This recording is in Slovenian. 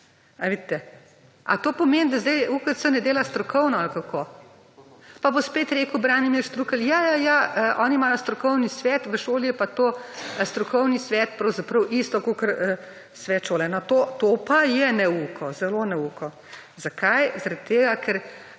Ali vidite? Ali to pomeni, da sedaj UKC ne dela strokovno ali kako? Pa bo spet rekel Branimir Štrukelj ja, ja, oni imajo strokovni svet, v šoli je pa to strokovni svet pravzaprav isto kot Svet šole to pa je neuko, zelo neuko. Zakaj? Zaradi tega, ker